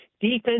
defense